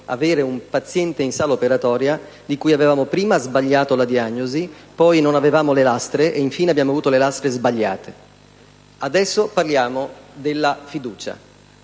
avessimo un paziente in sala operatoria, per il quale abbiamo prima sbagliato la diagnosi, poi non avevamo le lastre e, infine, abbiamo avuto le lastre sbagliate. Adesso, parliamo della fiducia.